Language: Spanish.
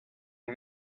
han